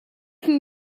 can